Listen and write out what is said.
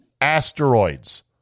Asteroids